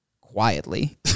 quietly